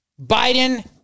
Biden